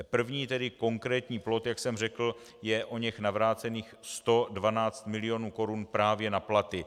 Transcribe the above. První konkrétní plod, jak jsem řekl, je oněch navrácených 112 mil. korun právě na platy.